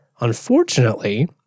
Unfortunately